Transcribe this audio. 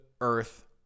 Earth